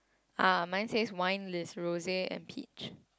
uh mine says wine le rose and peach